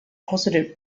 positive